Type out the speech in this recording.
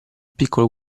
piccolo